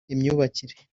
imyubakire